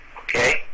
Okay